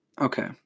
okay